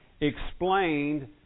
explained